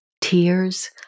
tears